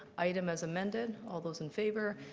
item as amended, all those in favor?